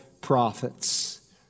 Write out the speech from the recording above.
prophets